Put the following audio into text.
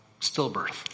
Stillbirth